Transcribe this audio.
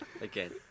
Again